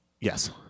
Yes